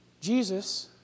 Jesus